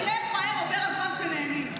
תראה איך מהר עובר הזמן כשנהנים.